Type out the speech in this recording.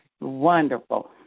wonderful